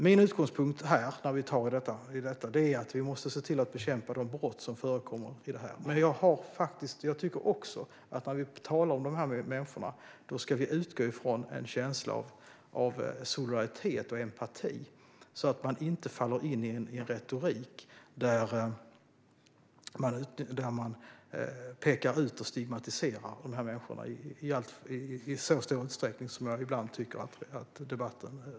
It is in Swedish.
Min utgångspunkt är att vi måste se till att bekämpa de brott som förekommer i detta sammanhang. Men jag tycker också att vi när vi talar om dessa människor ska utgå från en känsla av solidaritet och empati, så att man inte faller in i en retorik där man pekar ut och stigmatiserar dessa människor i så stor utsträckning som jag ibland tycker sker i debatten.